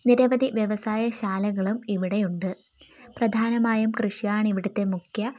നിരവധി വ്യവസായ ശാലകളും ഇവിടെയുണ്ട് പ്രധാനമായും കൃഷിയാണ് ഇവിടുത്തെ മുഖ്യ